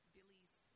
Billy's